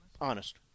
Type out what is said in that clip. Honest